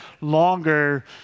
longer